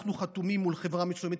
אנחנו חתומים מול חברה מסוימת,